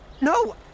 No